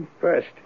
First